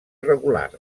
regulars